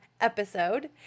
episode